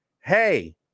Hey